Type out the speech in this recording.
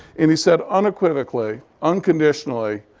and he said, unequivocally, unconditionally,